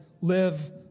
live